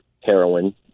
heroin